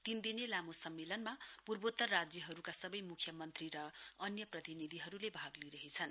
तीन दिने लामे सम्मेलनमा पूर्वेत्तर राज्यहरूका सबै म्ख्यमन्त्री र अन्य प्रतिनिधिहरूले भाग लिइरहेछन्